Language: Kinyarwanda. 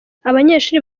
abanyeshuri